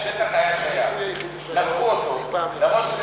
השטח היה מסוים, לקחו אותו, אפילו שזה